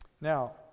Now